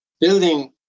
building